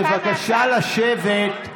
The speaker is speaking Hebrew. בבקשה לשבת.